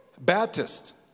Baptist